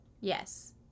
Yes